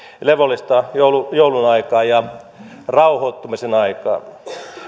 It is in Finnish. levollista joulun joulun aikaa ja rauhoittumisen aikaa